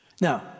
Now